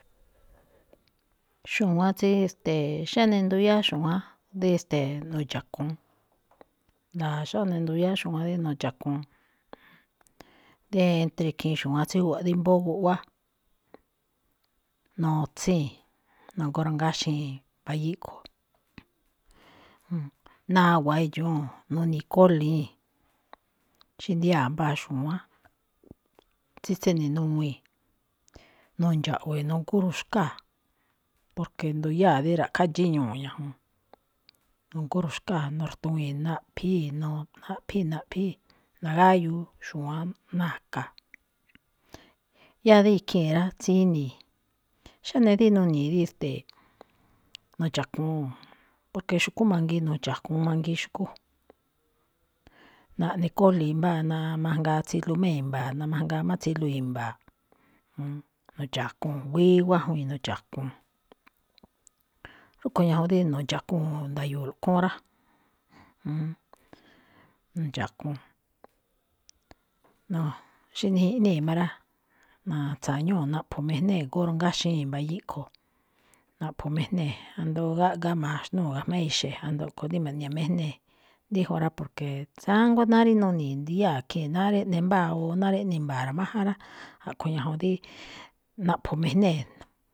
Xu̱wánꞌ tsíí, ste̱e̱, xáne nduyáá xu̱wánꞌ dí, e̱ste̱e̱, nu̱ndxa̱kuun, nda̱a̱ xóne nduyáá xu̱wán dí na̱ndxa̱kuun, entre ikhiin xu̱wánꞌ tsí júwa̱ꞌ dí mbóó guꞌwá, notsíi̱n, nagóórangaxíi̱n mbayíí ꞌkho̱, nawa̱a idxúu̱n, noni̱i̱ kólíi̱n. Xí ndiyáa̱ mbáa xu̱wán tsí tséne̱nuwii̱n, no̱ndxa̱ꞌwe̱e̱ nogóruxkáa̱, porque nduyáa̱ dí ra̱ꞌkhá dxíñúu̱ ñajuun, nogóruxkáa̱ no̱rtuwii̱n naꞌphíi̱, no- naꞌphíi̱, naꞌphíi̱. Nagáyuu xu̱wánꞌ na̱ka̱. Yáá dí ikhii̱n rá, tsíni̱i̱. Xáne dí nuni̱i̱ rí, e̱ste̱e̱, nu̱ndxa̱kuu̱n, porque xu̱kú mangiin nu̱ndxa̱kuun mangiin xkú, naꞌni kóli̱i mbáa namajngaa tsiluu má i̱mba̱a̱, namajngaa má tsiluu i̱mba̱a̱. Nundxa̱kuu̱n, wíí wájwii̱n nu̱ndxa̱kuu̱n. Xúꞌkue̱n ñajuun dí nu̱ndxa̱kuu̱n nda̱yo̱o̱lo̱ꞌ khúún rá. Nu̱ndxa̱kuu̱n. No, xí nijiꞌníi̱ má rá, na̱tsa̱ñúu̱, naꞌpho̱mijnée̱, ngórangáxii̱n mbayííꞌ ꞌkho̱, naꞌpho̱mejnée̱, ajndo gáꞌga maxnúu̱ ga̱jma̱á exe̱, ajndo aꞌkho̱ dí mo̱ni̱ña̱ꞌmejnée̱, déjunꞌ rá, porque tsánguá náá rí nuni̱i̱ ndiyáa̱ khii̱n, náá rí eꞌne mbáa, o náá rí eꞌne i̱mba̱a̱ ra̱máján rá, a̱ꞌkho̱ ñajuun dí naꞌpho̱mijnée̱.